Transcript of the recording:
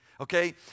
Okay